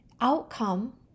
outcome